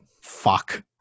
Fuck